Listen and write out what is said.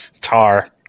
tar